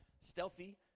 stealthy